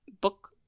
book